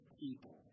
people